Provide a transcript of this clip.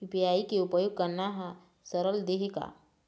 UPI के उपयोग करना का सरल देहें का?